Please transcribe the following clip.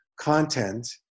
content